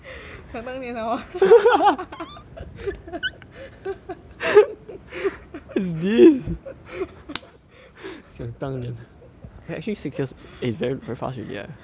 想当年 ah !wah!